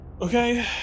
okay